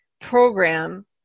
program